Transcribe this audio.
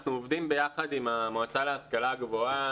אנחנו עובדים ביחד עם המועצה להשכלה הגבוהה.